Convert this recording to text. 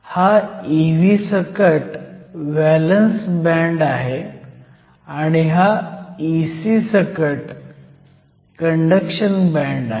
हा Ev सकट valence band आहे आणि हा Ec सकट कंडक्शन बँड आहे